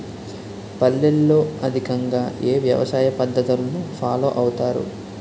పల్లెల్లో అధికంగా ఏ వ్యవసాయ పద్ధతులను ఫాలో అవతారు?